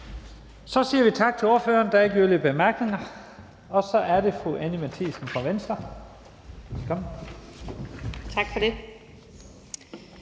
Så siger vi tak til ordføreren. Der er ikke yderligere korte bemærkninger. Så er det fru Anni Matthiesen fra Venstre. Velkommen.